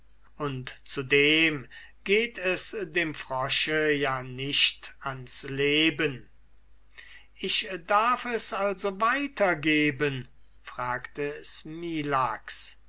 und zudem geht es dem frosche ja nicht ans leben ich darf es also weiter geben fragte